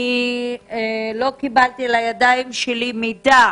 אני לא קיבלתי לידיים שלי מידע